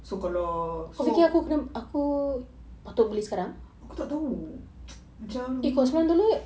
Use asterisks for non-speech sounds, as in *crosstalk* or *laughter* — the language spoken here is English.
so kalau so aku tak tahu *noise* macam